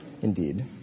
Indeed